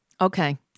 Okay